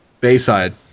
Bayside